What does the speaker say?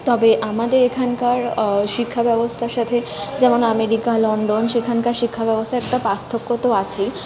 তবে আমাদের এখানকার শিক্ষাব্যবস্থার সাথে যেমন আমেরিকা লন্ডন সেখানকার শিক্ষাব্যবস্থার একটা পার্থক্য তো আছেই